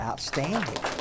Outstanding